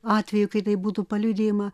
atvejų kai tai būtų paliudijima